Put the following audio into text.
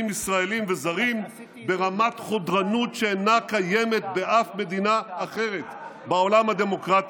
ישראליים וזרים ברמת חודרנות שאינה קיימת באף מדינה אחרת בעולם הדמוקרטי.